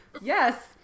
yes